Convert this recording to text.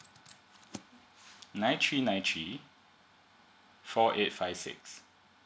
nine three nine three four eight five six